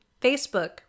Facebook